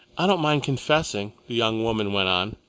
i don't mind confessing, the young woman went on,